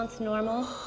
Normal